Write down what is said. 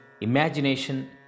imagination